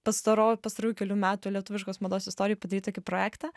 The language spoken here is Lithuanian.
pastaro pastarųjų kelių metų lietuviškos mados istorijoje padarei tokį projektą